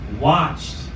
watched